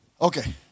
okay